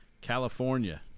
California